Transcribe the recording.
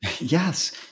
Yes